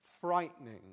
frightening